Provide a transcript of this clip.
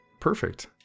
perfect